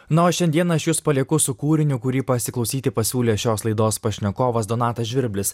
na o šiandieną aš jus palieku su kūriniu kurį pasiklausyti pasiūlė šios laidos pašnekovas donatas žvirblis